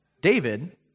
David